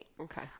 Okay